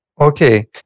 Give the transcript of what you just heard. Okay